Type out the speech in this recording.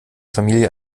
familie